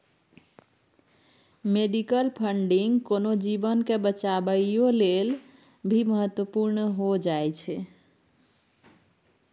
medical funding कोनो जीवन के बचाबइयो लेल भी महत्वपूर्ण हो जाइ छइ